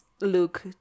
look